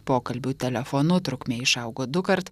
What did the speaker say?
pokalbių telefonu trukmė išaugo dukart